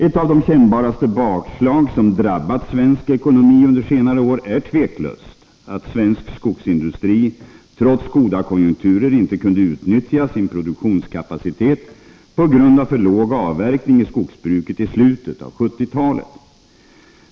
Ett av de kännbaraste bakslag som drabbat svensk ekonomi under senare år är otvivelaktigt att svensk skogsindustri, trots goda konjunkturer, inte kunde utnyttja sin produktionskapacitet på grund av för låg avverkning i skogsbruket i slutet av 1970-talet.